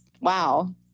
wow